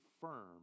firm